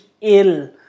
ill